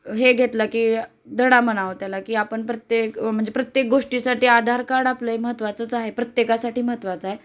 हे घेतलं की धडा म्हणावा त्याला की आपण प्रत्येक म्हणजे प्रत्येक गोष्टीसाठी आधार कार्ड आपलं हे महत्त्वाचं आहे प्रत्येकासाठी महत्त्वाचं आहे